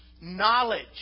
knowledge